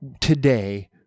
today